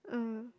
mm